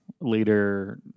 later